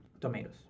tomatoes